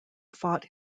fought